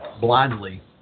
blindly